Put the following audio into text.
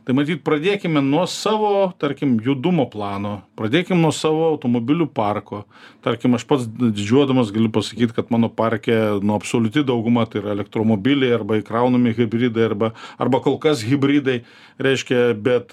tai matyt pradėkime nuo savo tarkim judumo plano pradėkim nuo savo automobilių parko tarkim aš pats d didžiuodamas galiu pasakyti kad mano parke nuo absoliuti dauguma tai yra elektromobiliai arba įkraunami hibridai arba arba kol kas hibridai reiškia bet